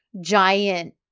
giant